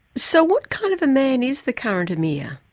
so what kind of a man is the current emir?